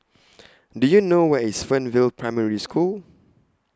Do YOU know Where IS Fernvale Primary School